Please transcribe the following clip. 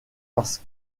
parce